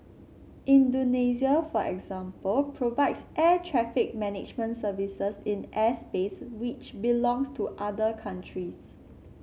Indonesia for example provides air traffic management services in airspace which belongs to other countries